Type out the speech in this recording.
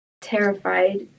terrified